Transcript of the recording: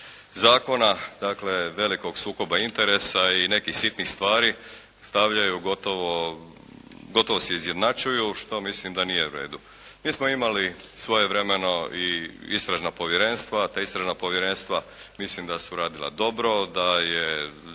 zakona, dakle velikog sukoba interesa i nekih sitnih stvari stavljaju gotovo, gotovo se izjednačuju što mislim da nije u redu. Mi smo imali svojevremeno i istražna povjerenstva. Ta istražna povjerenstva mislim da su radila dobro, da je